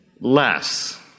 less